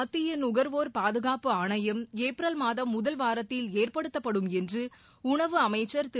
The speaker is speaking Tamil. மத்தியநுன்வோர் பாதுகாப்பு ஆணையம் ஏப்ரல் மாதம் முதல் வாரத்தில் ஏற்படுத்தப்படும் என்றுஉணவு அமைச்சர் திரு